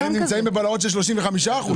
הם נמצאים בבלהות של 35 אחוזים.